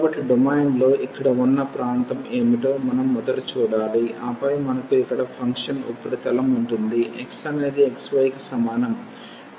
కాబట్టి డొమైన్లో ఇక్కడ ఉన్న ప్రాంతం ఏమిటో మనం మొదట చూడాలి ఆపై మనకు ఇక్కడ ఫంక్షన్ ఉపరితలం ఉంటుంది x అనేది xy కి సమానం